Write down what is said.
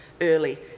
early